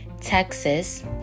Texas